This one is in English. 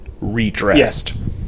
redressed